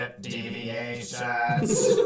Deviations